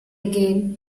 again